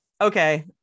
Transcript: Okay